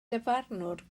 dyfarnwr